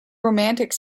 romantic